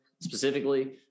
specifically